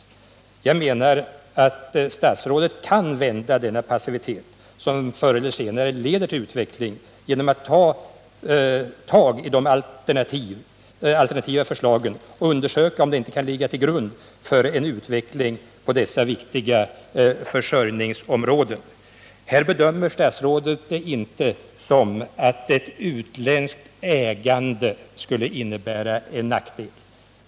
Enligt min mening kan statsrådet vända denna passivitet till något som förr eller senare leder fram till utveckling genom att ta tag i de alternativa förslagen och undersöka om inte dessa kan ligga till grund för en utveckling på dessa viktiga försörjningsområden. När det gäller frågan om en eventuell försäljning bedömer statsrådet det inte så att ett utländskt ägande skulle innebära någon nackdel.